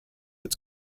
its